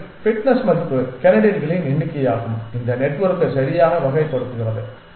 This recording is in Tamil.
மேலும் ஃபிட்னஸ் மதிப்பு கேண்டிடேட்டுகளின் எண்ணிக்கையாகும் இந்த நெட்வொர்க் சரியாக வகைப்படுத்துகிறது